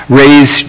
raise